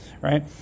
right